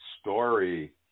story